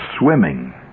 swimming